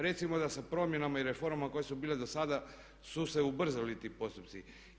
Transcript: Recimo da sa promjenama i reformama koje su bile dosada su se ubrzali ti postupci.